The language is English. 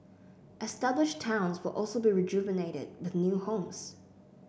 established towns will also be rejuvenated with new homes